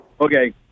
Okay